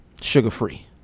sugar-free